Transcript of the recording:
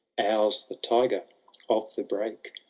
ours the tiger of the brake,